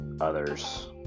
others